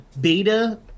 beta